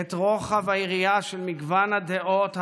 את רוחב היריעה של מגוון הדעות,